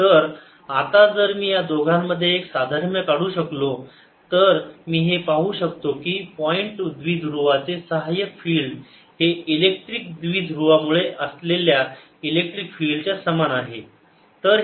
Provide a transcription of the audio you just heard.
E0 तर H ≡E आता जर मी या दोघांमध्ये एक साधर्म्य काढू शकलो तर मी हे पाहू शकतो की पॉईंट द्विध्रुवाचे सहाय्यक फिल्ड हे इलेक्ट्रिक द्विध्रुवा मुळे असलेल्या इलेक्ट्रिक फिल्ड च्या समान आहे